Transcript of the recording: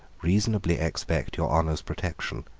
reasonably expect your honour's protection.